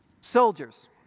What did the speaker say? Soldiers